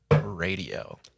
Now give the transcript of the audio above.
Radio